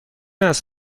است